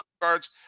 cards